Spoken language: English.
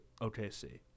OKC